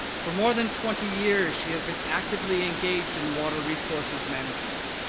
for more than twenty years, she has been actively engaged in water resources management.